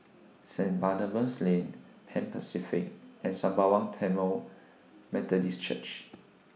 Saint Barnabas Lane Pan Pacific and Sembawang Tamil Methodist Church